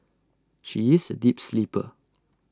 she is A deep sleeper